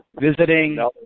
visiting